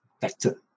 better